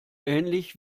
ähnlich